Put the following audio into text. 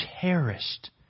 cherished